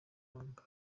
manga